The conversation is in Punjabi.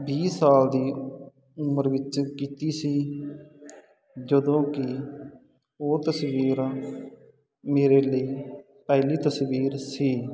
ਵੀਹ ਸਾਲ ਦੀ ਉਮਰ ਵਿੱਚ ਕੀਤੀ ਸੀ ਜਦੋਂ ਕਿ ਉਹ ਤਸਵੀਰ ਮੇਰੇ ਲਈ ਪਹਿਲੀ ਤਸਵੀਰ ਸੀ